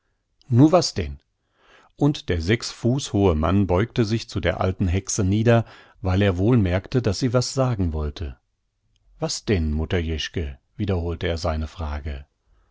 nu was denn und der sechs fuß hohe mann beugte sich zu der alten hexe nieder weil er wohl merkte daß sie was sagen wollte was denn mutter jeschke wiederholte er seine frage